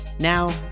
Now